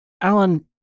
Alan